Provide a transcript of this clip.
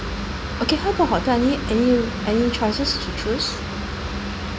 okay how about hotel any any any choices to choose